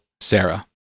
Sarah